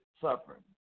suffering